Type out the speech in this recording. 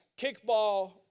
kickball